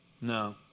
No